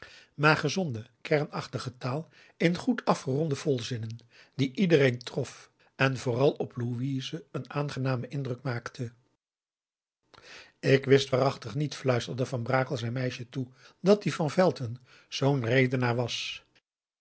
maar gezonde kernachtige taal in goed afgeronde volzinnen die p a daum de van der lindens c s onder ps maurits iedereen trof en vooral op louise een aangenamen indruk maakte ik wist waarachtig niet fluisterde van brakel zijn meisje toe dat die van velton zoo'n redenaar was